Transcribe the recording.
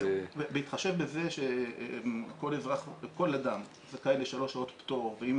בהתחשב בזה שכל אדם זכאי לשלוש שעות פטור ואם